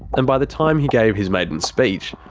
and by the time he gave his maiden speech,